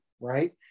Right